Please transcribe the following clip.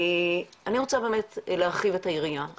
כל העניין הזה של אכילה של מזון,